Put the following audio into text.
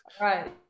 Right